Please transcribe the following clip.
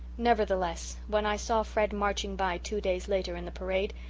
nevertheless, when i saw fred marching by two days later in the parade,